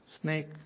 snake